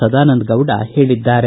ಸದಾನಂದ ಗೌಡ ಹೇಳಿದ್ದಾರೆ